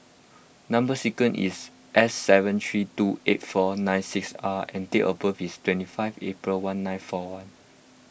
Number Sequence is S seven three two eight four nine six R and date of birth is twenty five April one nine four one